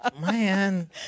man